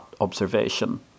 observation